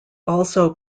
also